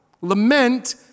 Lament